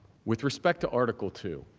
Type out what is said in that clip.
with respect to article two